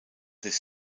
this